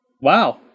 Wow